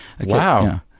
Wow